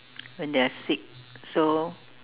when they are sick so